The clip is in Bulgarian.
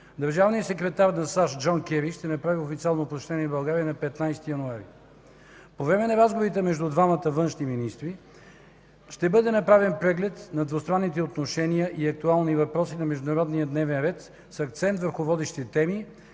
държавният секретар на САЩ Джон Кери ще направи официално посещение в България на 15 януари. По време на разговорите между двамата външни министри ще бъде направен преглед на двустранните отношения и актуални въпроси към международния дневен ред с акцент върху водещи теми